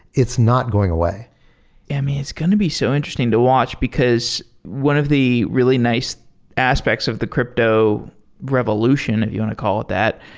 it's not going away i mean, it's going to be so interesting to watch, because one of the really nice aspects of the crypto revolution, if you want to call it that,